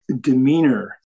demeanor